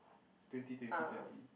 twenty twenty thirty